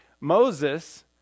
Moses